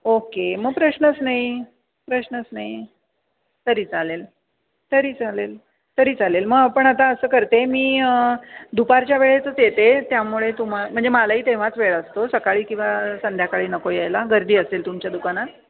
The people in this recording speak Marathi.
ओके मग प्रश्नच नाही प्रश्नच नाही तरी चालेल तरी चालेल तरी चालेल मग आपण आता असं करते मी दुपारच्या वेळेतच येते त्यामुळे तुम्हा म्हणजे मलाही तेव्हाच वेळ असतो सकाळी किंवा संध्याकाळी नको यायला गर्दी असेल तुमच्या दुकानात